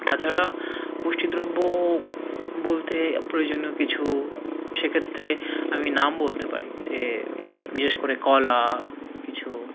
তাছাড়া পুষ্টি দ্রব্য বলতে প্রয়োজনীয় কিছু সেক্ষেত্রে আমি নাম বলতে পারি যে বিশেষ করে কলা কিছু